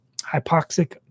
hypoxic